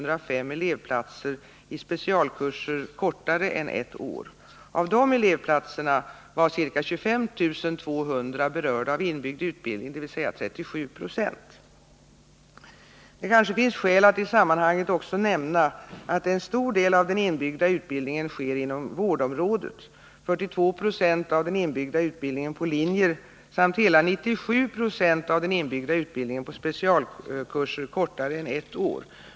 Det kanske finns skäl att i sammanhanget också nämna att en stor del av den inbyggda utbildningen sker inom vårdområdet — 42 70 av den inbyggda utbildningen på linjer samt hela 97 96 av den inbyggda utbildningen på specialkurser kortare än ett år.